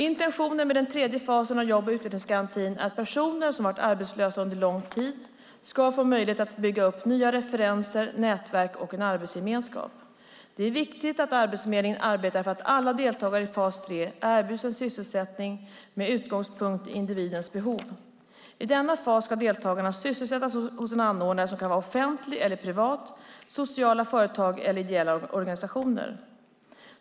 Intentionen med den tredje fasen av jobb och utvecklingsgarantin är att personer som har varit arbetslösa under lång tid ska få möjlighet att bygga upp nya referenser, nätverk och en arbetsgemenskap. Det är viktigt att Arbetsförmedlingen arbetar för att alla deltagare i fas tre erbjuds en sysselsättning med utgångspunkt i individens behov. I denna fas ska deltagarna sysselsättas hos anordnare som kan vara offentliga eller privata, sociala företag eller ideella organisationer.